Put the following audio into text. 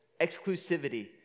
exclusivity